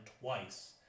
twice